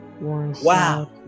wow